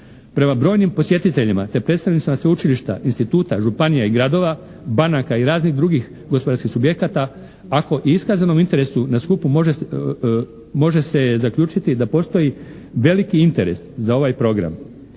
Prema brojnim posjetiteljima te predstavnicima sveučilišta, instituta, županija i gradova, banaka i raznih drugih gospodarskih subjekata ako o iskazanom interesu na skupu može se zaključiti da postoji veliki interes za ovaj program.